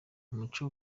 umuco